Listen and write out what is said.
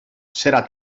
serà